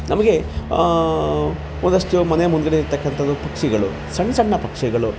ನಮಗೆ ಒಂದಷ್ಟು ಮನೆ ಮುಂದುಗಡೆ ಇರ್ತಕ್ಕಂಥದು ಪಕ್ಷಿಗಳು ಸಣ್ಣ ಸಣ್ಣ ಪಕ್ಷಿಗಳು